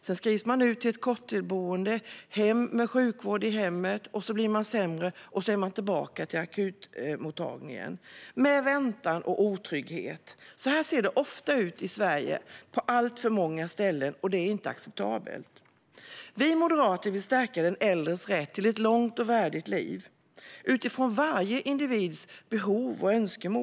Sedan skrivs man ut till ett korttidsboende och får sedan åka hem med sjukvård i hemmet. Sedan blir man sämre, och så är man tillbaka på akutmottagningen med väntan och otrygghet. Så ser det ofta ut i Sverige på alltför många ställen, och det är inte acceptabelt. Vi moderater vill stärka den äldres rätt till ett långt och värdigt liv utifrån varje individs behov och önskemål.